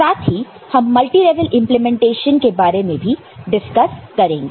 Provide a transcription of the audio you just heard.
साथ ही हम मल्टीलेवल इंप्लीमेंटेशन के बारे में भी डिस्कस करेंगे